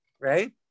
Right